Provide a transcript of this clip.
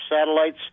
satellites